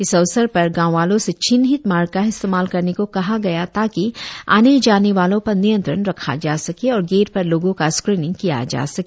इस अवसर पर गांव वालों से चिन्हित मार्ग का ही इस्तेमाल करने को कहा गया ताकि आने जाने वालों पर नियंत्रण रखा जा सके और गेट पर लोगों का स्क्रिनिंग किया जा सके